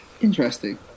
Interesting